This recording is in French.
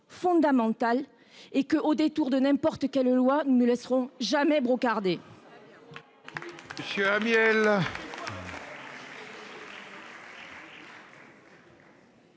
fondamental, au détour de n'importe quelle loi : nous ne les laisserons jamais le brocarder